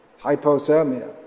hypothermia